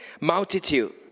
multitude